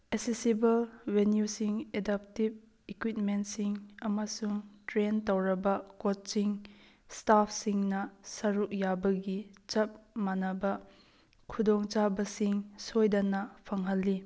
accessible ꯔꯤꯅ꯭ꯌꯨꯁꯤꯡ adaptive ꯏꯀ꯭ꯋꯤꯞꯃꯦꯟꯁꯤꯡ ꯑꯃꯁꯨꯡ ꯇ꯭ꯔꯦꯟ ꯇꯧꯔꯕ ꯀꯣꯆꯤꯡ ꯏꯁꯇꯥꯐ ꯁꯤꯡꯅ ꯁꯔꯨꯛ ꯌꯥꯕꯒꯤ ꯆꯞ ꯃꯥꯟꯅꯕ ꯈꯨꯗꯣꯡ ꯆꯥꯕ ꯁꯤꯡ ꯁꯣꯏꯗꯅ ꯐꯪꯍꯟꯂꯤ